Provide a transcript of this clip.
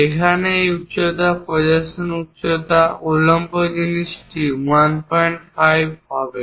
এখানে এই উচ্চতা প্রোজেকসান উচ্চতা উল্লম্ব জিনিসটি 15 হবে